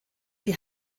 die